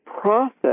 process